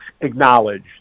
acknowledge